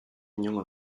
inongo